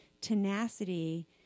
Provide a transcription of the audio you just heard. tenacity